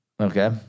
Okay